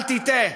אל תטעה,